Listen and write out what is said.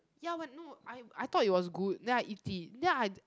ya but no I I thought it was good then I eat it then I d~